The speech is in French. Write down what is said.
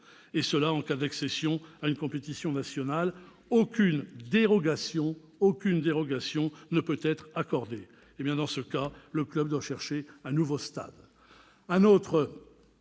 ; en cas d'accession à une compétition nationale, aucune dérogation ne peut pourtant être accordée. Dans ce cas, le club doit chercher un nouveau stade.